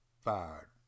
fired